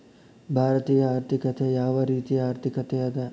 ಭಾರತೇಯ ಆರ್ಥಿಕತೆ ಯಾವ ರೇತಿಯ ಆರ್ಥಿಕತೆ ಅದ?